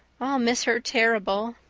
i'll miss her terrible.